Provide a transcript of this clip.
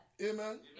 Amen